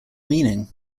meaning